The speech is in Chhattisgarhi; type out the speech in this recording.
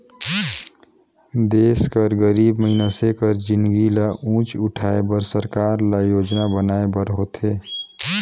देस कर गरीब मइनसे कर जिनगी ल ऊंच उठाए बर सरकार ल योजना बनाए बर होथे